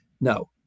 No